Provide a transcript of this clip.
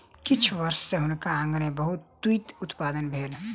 किछ वर्ष सॅ हुनकर आँगन में बहुत तूईत उत्पादन भेल